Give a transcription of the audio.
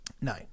no